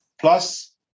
plus